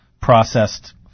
processed